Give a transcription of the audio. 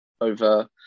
over